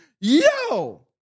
yo